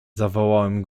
zawołałem